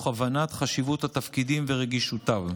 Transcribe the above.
מתוך הבנת חשיבות התפקידים ורגישותם.